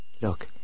look